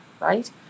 Right